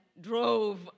drove